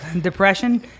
Depression